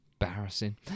embarrassing